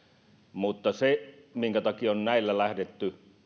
mutta korostan ja toistan minkä takia on näillä lähdetty